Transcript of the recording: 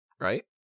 Right